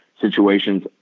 situations